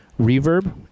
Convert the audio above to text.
reverb